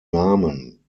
namen